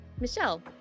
Michelle